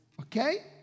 Okay